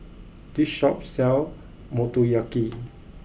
this shop sell Motoyaki